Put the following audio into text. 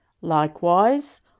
Likewise